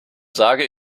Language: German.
sage